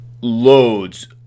loads